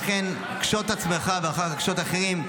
לכן קשוט עצמך ואחר כך קשוט אחרים.